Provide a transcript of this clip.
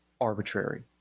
arbitrary